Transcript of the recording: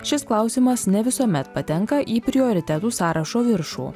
šis klausimas ne visuomet patenka į prioritetų sąrašo viršų